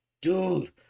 Dude